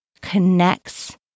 connects